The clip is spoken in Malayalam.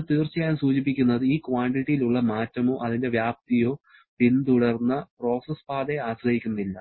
ഇത് തീർച്ചയായും സൂചിപ്പിക്കുന്നത് ഈ ക്വാണ്ടിറ്റിയിൽ ഉള്ള മാറ്റമോ അതിന്റെ വ്യാപ്തിയോ പിന്തുടർന്ന പ്രോസസ് പാതയെ ആശ്രയിക്കുന്നില്ല